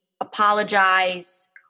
apologize